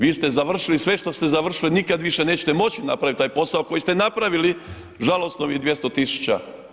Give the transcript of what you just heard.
Vi ste završili sve što ste završili, nikada više nećete moći napraviti taj posao koji ste napravili, žalosno, ovih 200 tisuća.